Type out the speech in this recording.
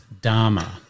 Dharma